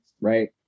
right